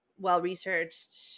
well-researched